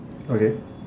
okay